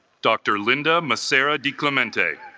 dr. linda massara diclemente